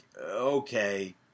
okay